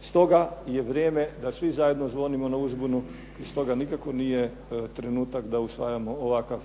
Stoga je vrijeme da svi zajedno zvonimo na uzbunu i stoga nikako nije trenutak da usvajamo ovakav